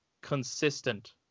consistent